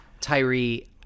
Tyree